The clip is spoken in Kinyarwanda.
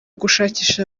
gushakisha